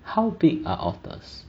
how big are otters